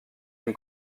une